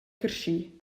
carschi